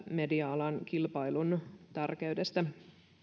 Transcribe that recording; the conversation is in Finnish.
media alan kilpailun tärkeydestä